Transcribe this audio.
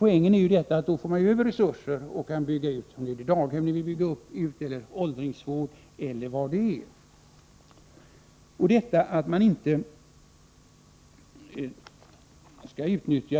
Poängen är att man på det sättet får resurser över och kan bygga ut exempelvis daghem och åldringsvård. Det.sägs att man inte bör utnyttja